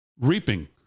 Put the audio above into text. reaping